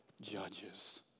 Judges